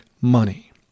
money